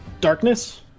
darkness